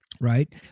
Right